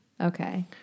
Okay